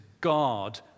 guard